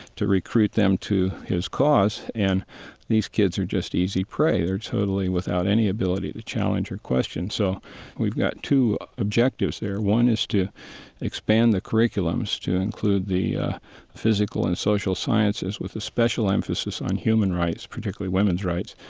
to recruit them to his cause, and these kids are just easy prey. they're totally without any ability to challenge or question. so we've got two objectives there. one is to expand the curriculums to include the physical and social sciences with a special emphasis on human rights, particularly women's rights,